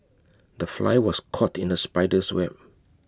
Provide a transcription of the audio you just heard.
the fly was caught in the spider's web